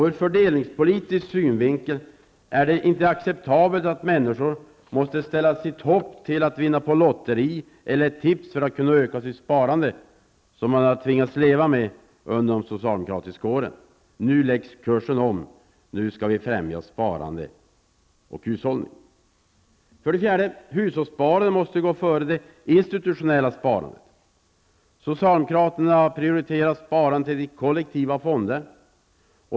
Ur fördelningspolitisk synvinkel är det inte acceptabelt att människor måste ställa sitt hopp till att vinna på lotteri eller tips för att kunna öka sitt sparande. Detta har man tvingats leva med under de socialdemokratiska åren. Nu läggs kursen om. Nu skall vi främja sparande och hushållning. 4. Hushållssparande måste gå före det institutionella sparandet. Socialdemokraterna har prioriterat sparandet i kollektiva fonder.